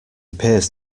appears